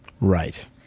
right